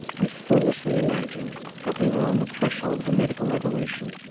we foolishly imagined that we were on the threshold of a medical revolution.